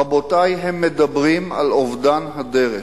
רבותי, הם מדברים על אובדן הדרך.